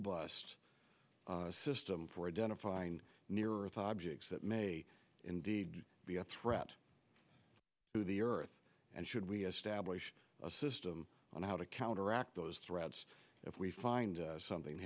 t system for identifying near earth objects that may indeed be a threat to the earth and should we establish a system on how to counteract those threats if we find something